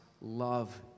love